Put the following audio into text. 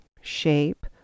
shape